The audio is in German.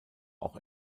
auch